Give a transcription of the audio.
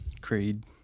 Creed